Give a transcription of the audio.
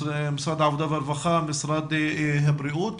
משרד העבודה והרווחה ומשרד הבריאות,